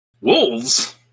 Wolves